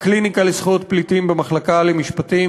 הקליניקה לזכויות פליטים במחלקה למשפטים